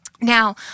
Now